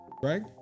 Greg